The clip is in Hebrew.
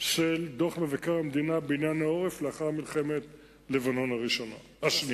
של דוח מבקר המדינה בעניין העורף לאחר מלחמת לבנון השנייה.